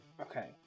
Okay